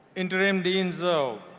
interim dean so